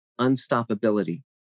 unstoppability